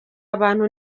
abantu